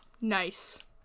Nice